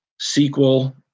SQL